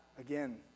again